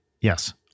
Yes